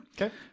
okay